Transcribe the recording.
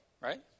right